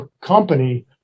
company